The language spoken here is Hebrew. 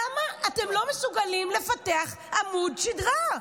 למה אתם לא מסוגלים לפתח עמוד שדרה?